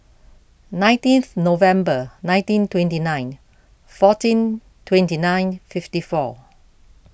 nineteenth November nineteen twenty nine fourteen twenty nine fifty four